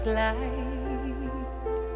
light